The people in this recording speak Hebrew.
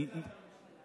על איזה הקלות אתם מדברים?